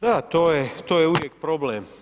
Da, to je uvijek problem.